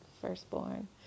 firstborn